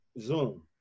zoom